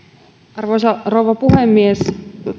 arvoisa rouva puhemies